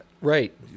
Right